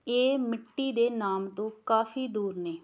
ਇਹ ਮਿੱਟੀ ਦੇ ਨਾਮ ਤੋਂ ਕਾਫ਼ੀ ਦੂਰ ਨੇ